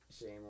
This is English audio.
shame